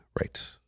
Right